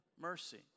mercy